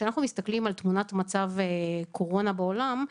כשאנחנו מסתכלים על תמונת מצב קורונה בעולם,